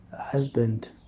Husband